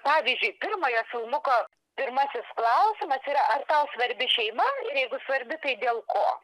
pavyzdžiui pirmojo filmuko pirmasis klausimas yra ar tau svarbi šeima ir jeigu svarbi tai dėl ko